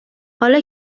حالا